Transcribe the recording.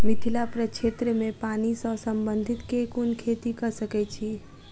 मिथिला प्रक्षेत्र मे पानि सऽ संबंधित केँ कुन खेती कऽ सकै छी?